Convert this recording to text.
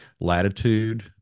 latitude